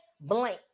blank